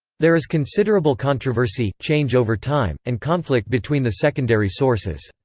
there is considerable controversy, change over time, and conflict between the secondary sources.